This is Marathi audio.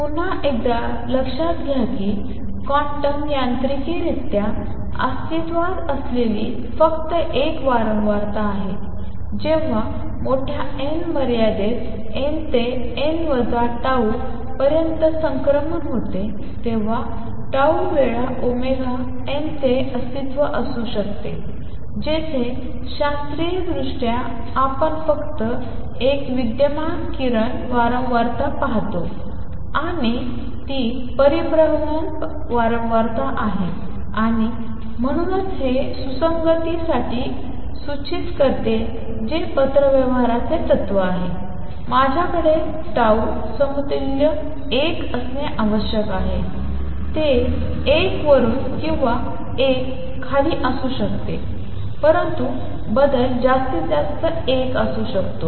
पुन्हा एकदा लक्षात घ्या की क्वांटम यांत्रिकरित्या अस्तित्वात असलेली फक्त एक वारंवारता आहे जेव्हा मोठ्या n मर्यादेत n ते n वजा टाऊ पर्यंत संक्रमण होते तेव्हा tau वेळा ओमेगा n चे अस्तित्व असू शकते जेथे शास्त्रीयदृष्ट्या आपण फक्त एक विद्यमान किरण वारंवारता पाहतो आणि ती परिभ्रमण वारंवारता आहे आणि म्हणूनच हे सुसंगततेसाठी सूचित करते जे पत्रव्यवहाराचे तत्त्व आहे माझ्याकडे टाऊ समतुल्य 1 असणे आवश्यक आहे ते एक वरून किंवा एक खाली असू शकते परंतु बदल जास्तीत जास्त एक असू शकतो